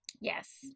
Yes